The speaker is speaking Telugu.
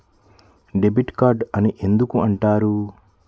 డెబిట్ కార్డు అని ఎందుకు అంటారు?